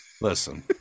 listen